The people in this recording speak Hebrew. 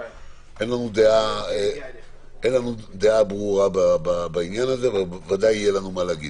אין לנו דעה ברורה בעניין הזה ובוודאי יהיה לנו מה להגיד.